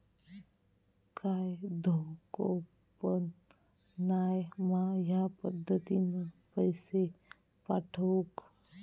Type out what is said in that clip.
काय धोको पन नाय मा ह्या पद्धतीनं पैसे पाठउक?